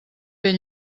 ben